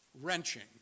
wrenching